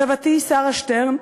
סבתי שרה שטרן,